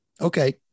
okay